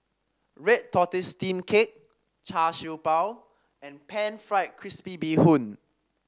Red Tortoise Steamed Cake Char Siew Bao and pan fried crispy Bee Hoon